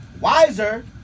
wiser